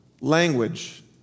language